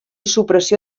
supressió